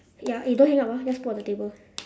ya eh don't hang up ah just put on the table